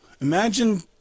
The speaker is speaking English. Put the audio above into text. imagine